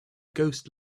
ghost